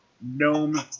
Gnome